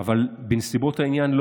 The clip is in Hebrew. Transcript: אבל בנסיבות העניין,